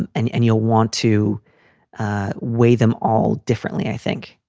and and and you'll want to weigh them all differently, i think.